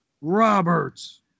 Roberts